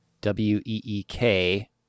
W-E-E-K